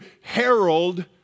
herald